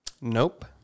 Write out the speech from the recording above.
Nope